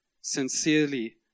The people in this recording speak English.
sincerely